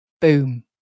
Boom